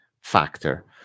factor